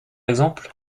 exemple